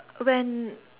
when